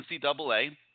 ncaa